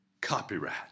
Copyright